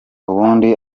ubundi